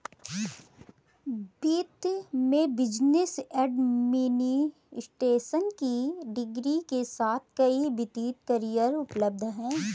वित्त में business administration की डिग्री के साथ कई वित्तीय करियर उपलब्ध हैं